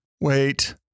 Wait